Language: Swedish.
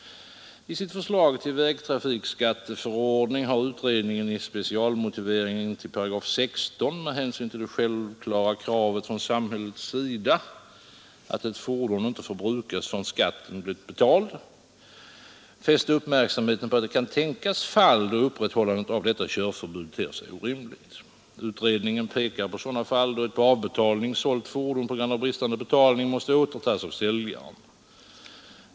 I sitt förslag till vägtrafikskatteförordning har utredningen i specialmotiveringen till 16 § med hänsyn till det självklara kravet från samhällets sida att ett fordon inte får brukas förrän skatten blivit betald fäst uppmärksamheten på att det kan tänkas fall, då upprätthållandet av körförbud ter sig orimligt. Utredningen pekar på sådana fall, då ett på avbetalning sålt fordon på grund av bristande betalning måste återtas av säljaren.